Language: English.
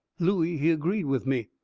looey, he agreed with me.